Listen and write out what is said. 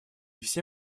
все